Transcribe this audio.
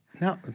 No